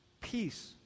peace